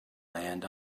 land